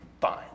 fine